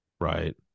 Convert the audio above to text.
Right